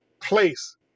place